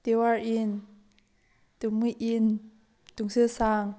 ꯇꯤꯋꯥꯔ ꯏꯟ ꯇꯨꯃꯨꯏ ꯏꯟ ꯇꯨꯡꯁꯤꯠ ꯁꯥꯡ